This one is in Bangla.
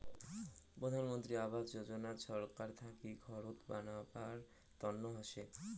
প্রধান মন্ত্রী আবাস যোজনা ছরকার থাকি ঘরত বানাবার তন্ন হসে